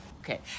Okay